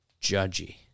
judgy